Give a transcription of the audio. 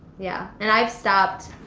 yeah, and i've stopped.